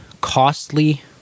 costly